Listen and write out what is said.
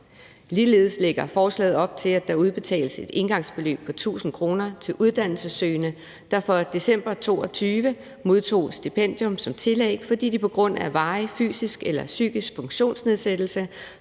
Ligeledes lægger forslaget op til, at der udbetales et engangsbeløb på 1.000 kr. til uddannelsessøgende, der for december 2022 modtog stipendium som tillæg, fordi de på grund af varig fysisk eller psykisk funktionsnedsættelse